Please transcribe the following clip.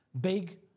big